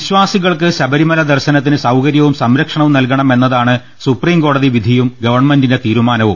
വിശ്വാസികൾക്ക് ശബരിമല ദർശനത്തിന് സൌകര്യവും സംര ക്ഷണവും നൽകണമെന്നതാണ് സുപ്രീംകോടതി വിധിയും ഗവൺമെന്റിന്റെ തീരുമാനവും